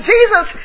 Jesus